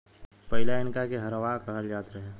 पहिले इनका के हरवाह कहल जात रहे